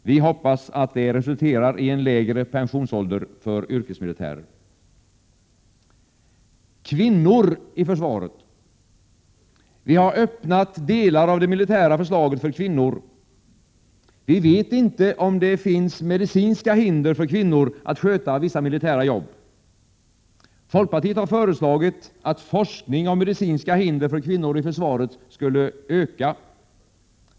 Vi hoppas att detta skall resultera i en lägre pensionsålder för yrkesmilitärer. Vi har öppnat delar av det militära försvaret för kvinnor. Vi vet inte om det finns medicinska hinder för kvinnor att sköta vissa militära jobb. Folkpartiet har föreslagit att forskningen om medicinska hinder för kvinnor i försvaret skulle öka.